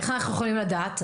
איך אנחנו יכולים לדעת?